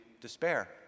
despair